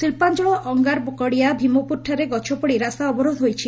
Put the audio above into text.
ଶିକ୍ବାଞଳ ଓ ଅଙ୍ଗାରଗଡ଼ିଆ ଭୀମପୁରାଠାରେ ଗଛ ପଡ଼ି ରାସ୍ତା ଅବରୋଧ ହୋଇଛି